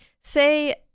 say